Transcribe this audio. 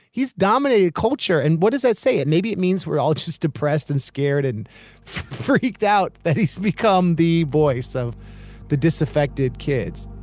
he's dominating culture and what does that say it. maybe it means we're all just depressed and scared and freaked out that he's become the voice of the disaffected kids.